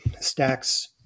Stacks